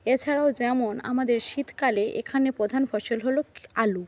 এছাড়াও যেমন আমাদের শীতকালে এখানে প্রধান ফসল হল আলু